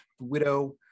widow